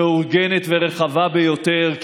מעוגנת ורחבה ביותר.